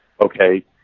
okay –